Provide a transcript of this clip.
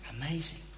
Amazing